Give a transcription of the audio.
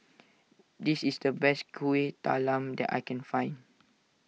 this is the best Kuih Talam that I can find